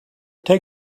take